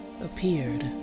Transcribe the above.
appeared